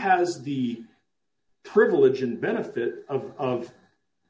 has the privilege and benefit of of